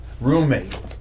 Roommate